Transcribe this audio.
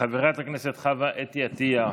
חברת הכנסת חוה אתי עטייה,